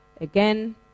again